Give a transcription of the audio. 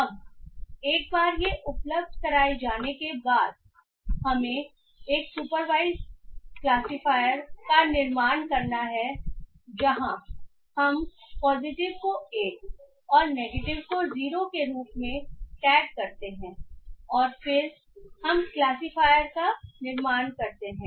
अब एक बार ये उपलब्ध कराए जाने के बाद हमें एक सुपरवाइज क्लासिफायर का निर्माण करना है जहाँ हम पॉजिटिव को 1 और नेगेटिव को 0 के रूप में टैग करते हैं और फिर हम क्लासीफायर का निर्माण करते हैं